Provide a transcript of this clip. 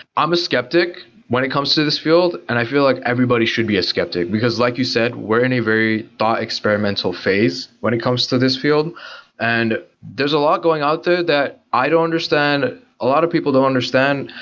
i'm skeptic when it comes to this field and i feel like everybody should be a skeptic, because like you said, we're in a very thought experimental phase when it comes to this field and there's a lot going out there that i don't understand, a lot of people don't understand.